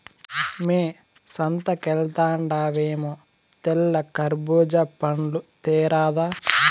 మ్మే సంతకెల్తండావేమో తెల్ల కర్బూజా పండ్లు తేరాదా